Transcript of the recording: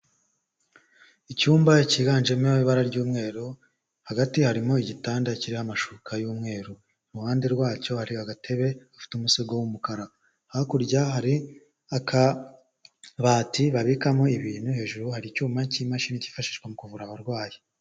Icyumba cyiganjemo ibara ry'umweru, hagati harimo igitanda kiriho amashuka y'umweru, mu ruhande rwacyo hari agatebe gafite umusego w'umukara, hakurya hari akabati babikamo ibintu, hejuru hari icyuma cy'imashini cyifashishwa mu kuvura abarwayi.